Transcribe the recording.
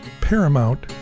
Paramount